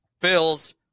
Bills